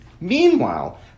Meanwhile